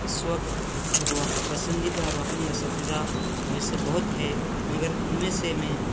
اس وقت پسندیدہ روحانی اساتذہ تو ایسے بہت ہیں مگر ان میں سے میں